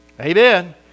Amen